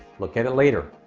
look at it later.